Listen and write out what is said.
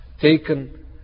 taken